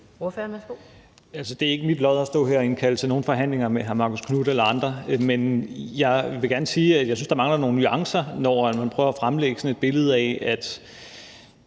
Det er ikke min lod at stå her og indkalde til nogen forhandlinger med hr. Marcus Knuth eller andre. Men jeg vil gerne sige, at jeg synes, der mangler nogle nuancer, når man prøver at tegne sådan et billede af, at